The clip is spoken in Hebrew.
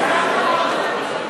על מה נצביע?